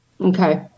Okay